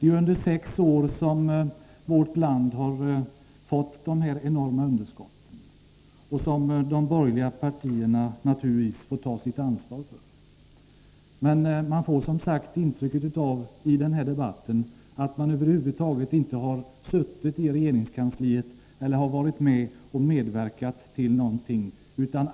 Det är under dessa sex år som vårt land har fått de enorma underskotten, som de borgerliga partierna naturligtvis får ta sitt ansvar för. Men man får som sagt i den här debatten intrycket att de borgerliga över huvud taget inte suttit i regeringskansliet eller varit med och medverkat till någonting.